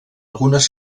algunes